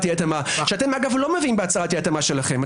אי התאמה שאתם לא מביאים בהצהרת אי התאמה שלכם.